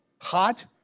hot